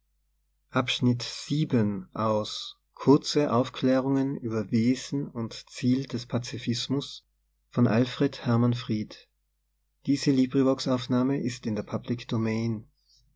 kurze aufklärungen über wesen und ziel des pazifismus